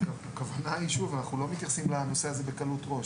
אנחנו לא מתייחסים לנושא הזה בקלות ראש.